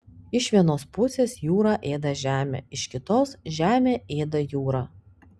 iš vienos pusės jūra ėda žemę iš kitos žemė ėda jūrą